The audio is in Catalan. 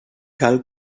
cal